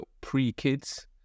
pre-kids